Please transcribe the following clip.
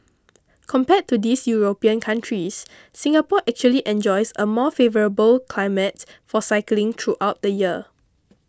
compared to these European countries Singapore actually enjoys a more favourable climate for cycling throughout the year